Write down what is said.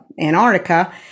Antarctica